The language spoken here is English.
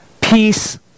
Peace